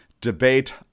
debate